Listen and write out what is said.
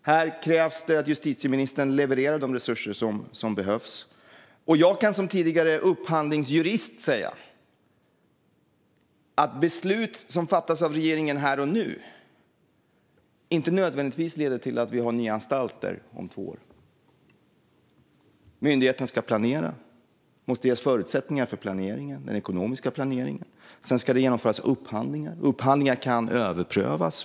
Här krävs att justitieministern levererar de resurser som behövs. Jag kan som tidigare upphandlingsjurist säga att beslut som fattas av regeringen här och nu inte nödvändigtvis leder till nya anstalter om två år. Myndigheten ska planera och måste ges förutsättningar för den ekonomiska planeringen. Sedan ska den genomföra upphandlingar. Upphandlingar kan överprövas.